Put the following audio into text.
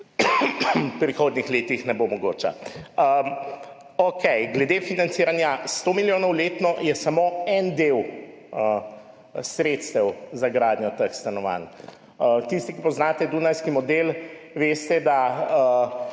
prihodnjih letih ne bo mogoča. Glede financiranja. 100 milijonov letno je samo en del sredstev za gradnjo teh stanovanj. Tisti, ki poznate dunajski model, veste, da